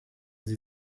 sie